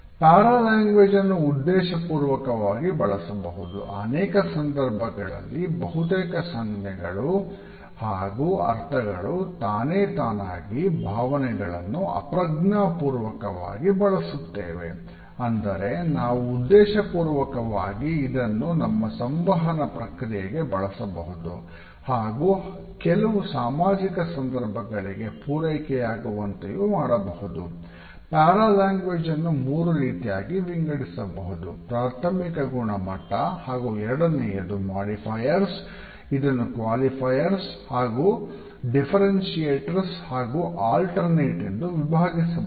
para language ಎಂದು ವಿಭಾಗಿಸಬಹುದು